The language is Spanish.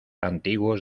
antiguos